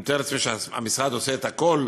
אני מתאר לעצמי שהמשרד עושה את הכול